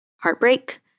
heartbreak